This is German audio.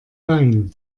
wein